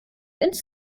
ins